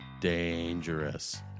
dangerous